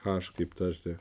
haš kaip tarti